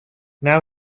now